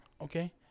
Okay